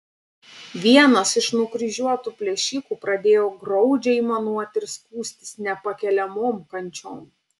vienas iš nukryžiuotų plėšikų pradėjo graudžiai aimanuoti ir skųstis nepakeliamom kančiom